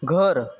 घर